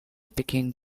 speaking